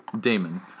Damon